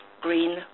green